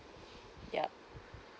yup